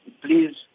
please